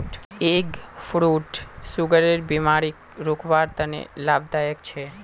egg fruit सुगरेर बिमारीक रोकवार तने लाभदायक छे